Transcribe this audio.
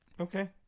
okay